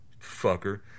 Fucker